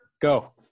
Go